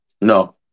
No